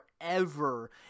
forever